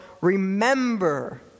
remember